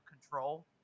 Control